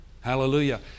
Hallelujah